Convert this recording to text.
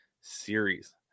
Series